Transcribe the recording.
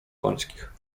końskich